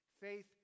Faith